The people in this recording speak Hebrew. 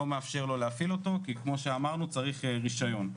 מאפשר לו להפעיל אותו כי כמו שאמרנו צריך רישיון.